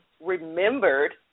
remembered